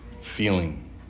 feeling